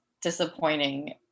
disappointing